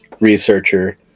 researcher